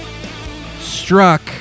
struck